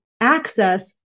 access